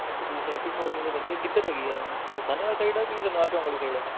ਅੱਛਾ ਤੁਸੀਂ Happy Forging ਦੇ ਲੱਗੇ ਇਹ ਕਿੱਧਰ ਹੈਗੀ ਆ ਸਾਹਨੇਵਾਲ ਸਾਈਡ ਆ ਕੀ ਰਗਾਲ ਚੌਂਕ ਵਾਲੀ ਸਾਈਡ ਆ